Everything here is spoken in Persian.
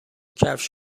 کفش